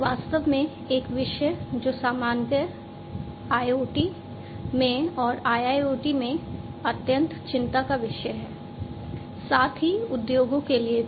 वास्तव में एक विषय जो सामान्यतः IoT में और IIoT में अत्यंत चिंता का विषय है साथ ही उद्योगों के लिए भी